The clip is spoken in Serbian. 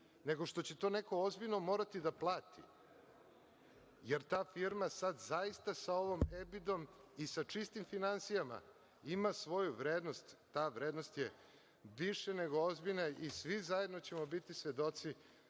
nego što će to neko ozbiljno morati da plati, jer ta firma sad zaista sa ovom „Ebidom“ i sa čistim finansijama ima svoju vrednost. Ta vrednost je više nego ozbiljna i svi zajedno ćemo biti svedoci